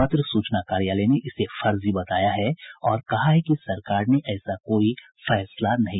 पत्र सूचना कार्यालय ने इसे फर्जी बताया है और कहा है कि सरकार ने ऐसा कोई निर्णय नहीं लिया है